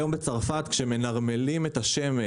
היום, בצרפת, כשמנרמלים את השמש